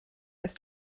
ist